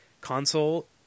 console